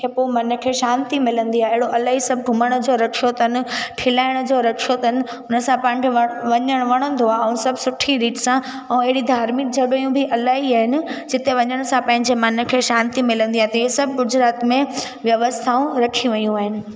खे पोइ मन खे शांति मिलंदी आहे अहिड़ो इलाही सभु घुमण जो रक्शो अथन खिलाइण जो रक्शो अथन हुन सां तव्हांखे वञण मिलंदो आहे ऐं सभु सुठी रीति सां ऐं अहिड़ी धार्मिक जॻहायूं बि इलाही आहिनि जिते वञण सां पंहिंजे मन खे शांति मिलंदी आहे त हे सभु गुजरात में व्यवस्थाऊं रखी वियूं आहिनि